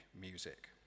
music